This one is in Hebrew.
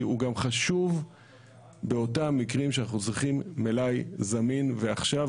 כי הוא גם חשוב באותם מקרים שאנחנו צריכים מלאי זמין ועכשיו.